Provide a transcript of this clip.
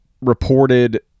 reported